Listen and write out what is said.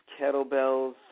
kettlebells